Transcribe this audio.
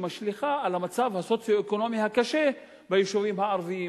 שמשליכה על המצב הסוציו-אקונומי הקשה ביישובים הערביים,